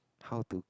how to